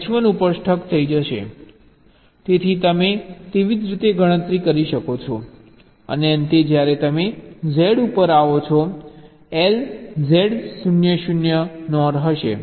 તેથી તમે તેવી જ રીતે ગણતરી કરી શકો છો અને અંતે જ્યારે તમે Z ઉપર આવો છો LZ 0 0 NOR હશે